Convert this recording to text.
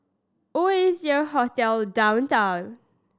Oasia Hotel Downtown